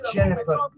Jennifer